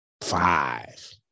five